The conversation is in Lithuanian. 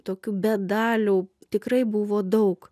tokių bedalių tikrai buvo daug